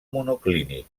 monoclínic